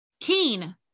Keen